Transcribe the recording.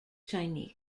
chinese